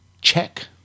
check